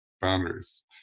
boundaries